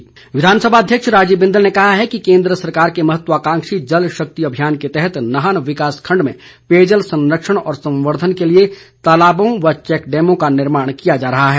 बिंदल विधानसभा अध्यक्ष राजीव बिंदल ने कहा है कि केन्द्र सरकार के महत्वाकांक्षी जल शक्ति अभियान के तहत नाहन विकास खंड में पेयजल संरक्षण और संवर्धन के लिए तालाबों व चैकडैमों का निर्माण किया जा रहा है